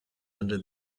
under